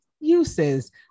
uses